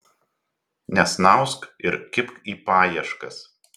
nesnausk ir kibk į paieškas